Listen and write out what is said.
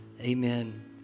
Amen